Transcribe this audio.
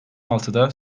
altıda